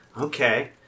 okay